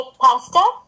pasta